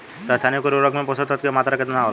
रसायनिक उर्वरक मे पोषक तत्व के मात्रा केतना होला?